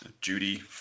judy